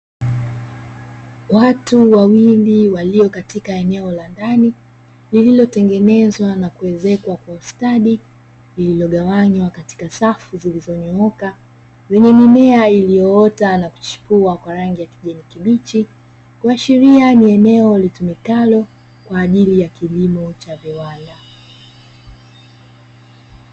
Watu wawili walio katika eneo la ndani, lililotengenezwa na kuezekwa kwa ustadi, lililogawanywa katika safu zilizonyooka, lenye mimea iliyoota na kuchipua kwa rangi ya kijani kibichi, kuashiria ni eneo litumikalo kwa ajili ya kilimo cha viwanda.